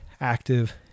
active